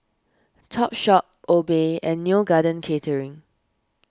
Topshop Obey and Neo Garden Catering